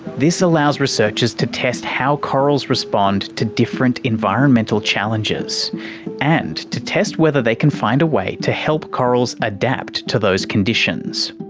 this allows researchers to test how corals respond to different environmental challenges and to test whether they can find a way to help corals adapt to those conditions,